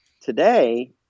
today